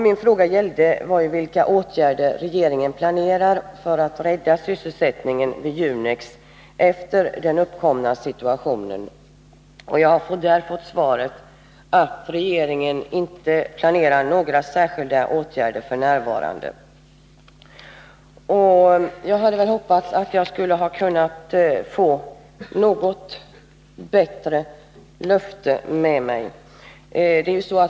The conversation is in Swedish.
Min fråga gällde vilka åtgärder regeringen planerar för att rädda sysselsättningen vid Junex efter den uppkomna situationen, och jag har fått svaret att regeringen inte f. n. planerar några särskilda åtgärder. Jag hade hoppats att jag skulle ha kunnat få någon form av löfte med mig.